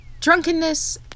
drunkenness